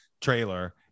trailer